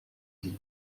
dire